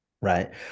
right